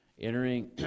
entering